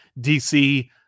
DC